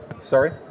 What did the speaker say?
Sorry